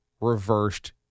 reversed